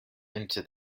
into